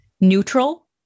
neutral